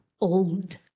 old